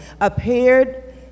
appeared